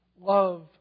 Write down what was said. love